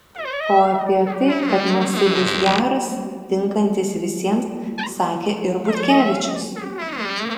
o apie tai kad masiulis geras tinkantis visiems sakė ir butkevičius